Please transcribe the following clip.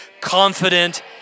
confident